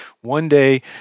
one-day